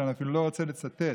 שאני אפילו לא רוצה לצטט.